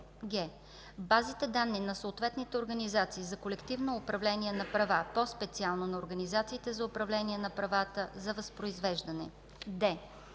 г) базите данни на съответните организации за колективно управление на права, по-специално на организациите за управление на правата за възпроизвеждане; д)